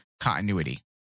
continuity